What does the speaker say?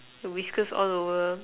the whiskers all over